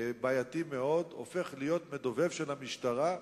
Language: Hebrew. בעייתי מאוד, הופך להיות מדובב של המשטרה.